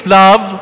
love